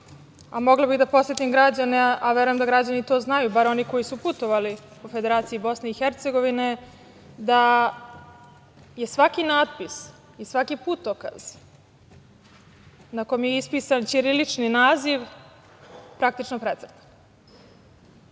a mogla bih da podsetim građane, a verujem da građani to znaju, bar oni koji su putovali po Federaciji Bosne i Hercegovine, da je svaki natpis i svaki putokaz na kom je ispisan ćirilični naziv praktično precrtan. Nije